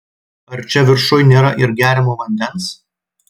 ar čia viršuj nėra ir geriamo vandens